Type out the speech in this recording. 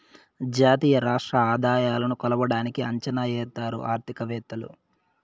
జాతీయ రాష్ట్ర ఆదాయాలను కొలవడానికి అంచనా ఎత్తారు ఆర్థికవేత్తలు